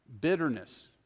Bitterness